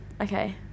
Okay